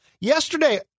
Yesterday